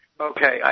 Okay